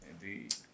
indeed